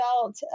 felt